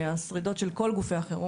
השרידות של כל גופי החירום,